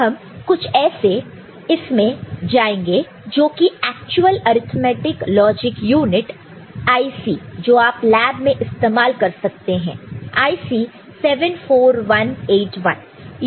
तो अब हम कुछ ऐसे इसमें जाएंगे जो कि actual arithmetic logic unit IC जो आप लैब में इस्तेमाल कर सकते हैं IC 74181